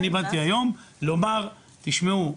אני באתי היום לומר: תשמעו,